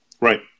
Right